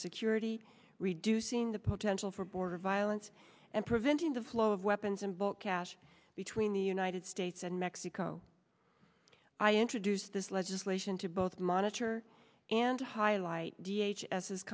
security reducing the potential for border violence and preventing the flow of weapons and bulk cash in the united states and mexico i introduced this legislation to both monitor and highlight d h s